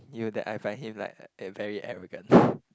you know that I find him like very arrogant